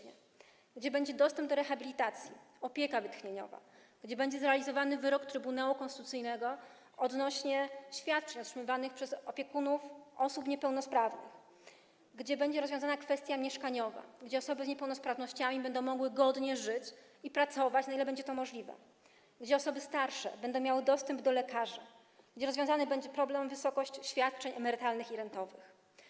Wierzę, że może to być miejsce, gdzie będzie dostęp do rehabilitacji, opieka wytchnieniowa, gdzie zostanie zrealizowany wyrok Trybunału Konstytucyjnego odnośnie do świadczeń otrzymywanych przez opiekunów osób niepełnosprawnych, gdzie będzie rozwiązana kwestia mieszkaniowa, gdzie osoby z niepełnosprawnościami będą mogły godnie żyć i pracować, na ile będzie to możliwe, gdzie osoby starsze będą miały dostęp do lekarzy, gdzie rozwiązany będzie problem wysokości świadczeń emerytalnych i rentowych.